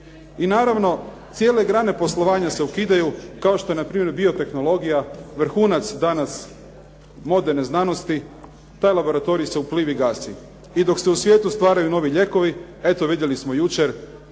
I naravno, cijele grane poslovanja se ukidaju, kao što je na primjer biotehnologija vrhunac danas moderne znanosti taj laboratorij se u Plivi gasi. I dok se u svijetu stvaraju novi lijekovi eto vidjeli smo jučer